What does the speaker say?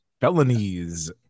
felonies